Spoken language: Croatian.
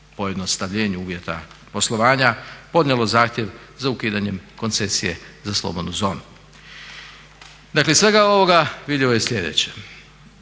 pojednostavljenju uvjeta poslovanja, podnijelo zahtjev za ukidanjem koncesije za slobodnu zonu. Dakle iz svega ovoga vidljivo je sljedeće,